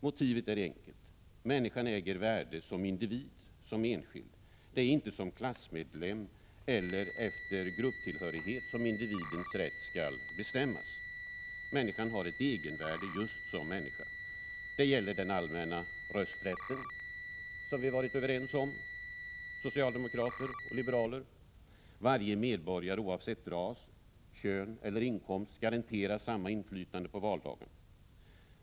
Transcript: Motivet är enkelt: människan äger värde som individ, som enskild. Individens rätt skall inte bestämmas som klassmedlem eller efter grupptillhörighet. Människan har ett egenvärde just som människa. Det gäller den allmänna rösträtten, där socialdemokrater och liberaler varit överens: varje medborgare oavsett ras, kön eller inkomst garanteras samma inflytande på valdagen.